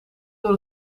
door